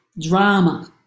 drama